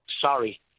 sorry